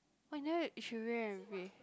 oh you never you should go and read